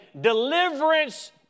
deliverance